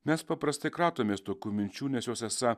mes paprastai kratomės tokių minčių nes jos esą